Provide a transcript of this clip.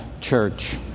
church